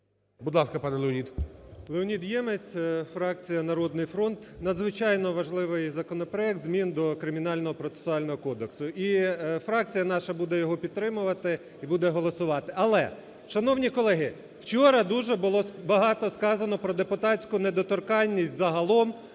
Будь ласка, пане Леонід. 11:09:37 ЄМЕЦЬ Л.О. Леонід Ємець, фракція "Народний фронт". Надзвичайно важливий законопроект змін до Кримінально-процесуального кодексу і фракція наша буде його підтримувати і буде голосувати. Але, шановні колеги, вчора дуже було багато сказано про депутатську недоторканність загалом,